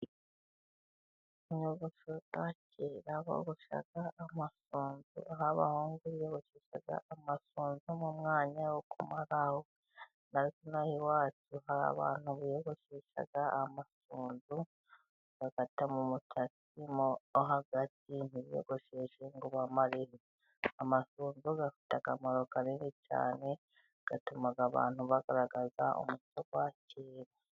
Inyogosho za kera, bogoshaga amasunzu. Aho abahungu biyogosheshaga amasunzu mu mwanya wo muraho. Inaha iwacu, hari abantu biyogosheshaga amasunzu, bagatema umusatsi wo hagati, ntibiyogosheshe ngo bamareho. Amasunzu afite akamaro kanini cyane. Atuma abantu bagaragaza umuco wa kera.